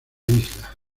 isla